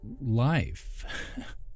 life